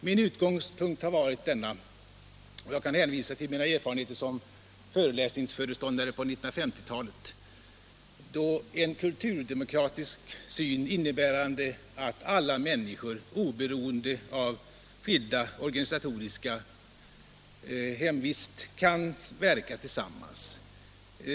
Min utgångspunkt har bl.a. varit mina erfarenheter som föreläsningsföreståndare på 1950-talet, präglad av en kulturdemokratisk syn innebärande att alla människor, oberoende av organisatorisk hemvist, kan verka tillsammans.